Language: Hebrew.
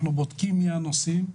אנחנו בודקים מי הנוסעים,